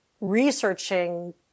researching